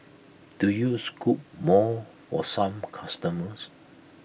do you scoop more for some customers